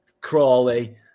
Crawley